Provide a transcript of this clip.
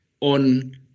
on